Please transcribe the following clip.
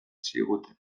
ziguten